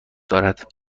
دارد